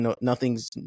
nothing's